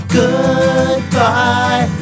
goodbye